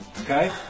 okay